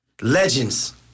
Legends